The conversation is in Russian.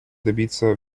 добиться